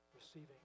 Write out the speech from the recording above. Receiving